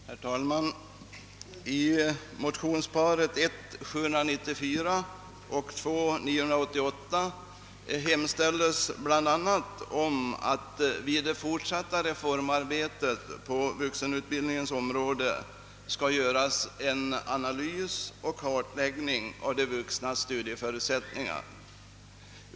Herr talman! I motionsparet 1I:794 och II: 988 hemställes bl.a. att vid det fortsatta reformarbetet på vuxenutbild ningens område en analys och kartläggning skall göras av de vuxnas studieförutsättningar.